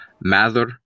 Mather